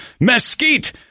mesquite